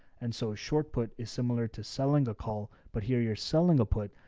and so a short put is similar to selling a call, but here you're selling a put.